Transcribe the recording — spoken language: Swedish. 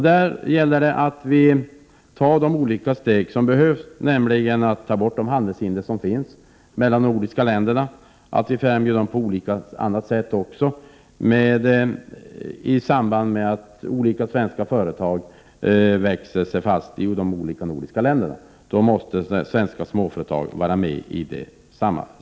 Där gäller det att vi tar de steg som behövs, nämligen att få bort de handelshinder som finns mellan de nordiska länderna, och att vi främjar handeln på olika andra sätt också, i samband med att svenska företag växer sig fast i de nordiska länderna. I det sammanhanget måste svenska småföretag vara med.